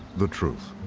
the truth.